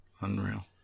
Unreal